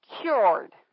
cured